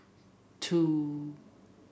two